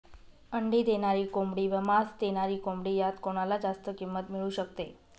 अंडी देणारी कोंबडी व मांस देणारी कोंबडी यात कोणाला जास्त किंमत मिळू शकते?